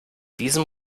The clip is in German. diesen